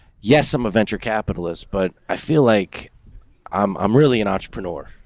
yes, i'm a venture capitalist, but i feel like i'm i'm really an entrepreneur,